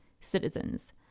citizens